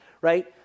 right